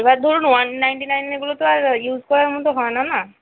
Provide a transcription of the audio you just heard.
এবার ধরুন one ninety নাইনেরগুলো তো আর ইউজ করার মতো হয় না না